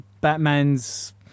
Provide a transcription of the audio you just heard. Batman's